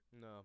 No